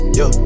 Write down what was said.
yo